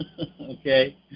Okay